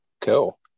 cool